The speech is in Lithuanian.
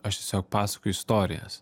aš tiesiog pasakoju istorijas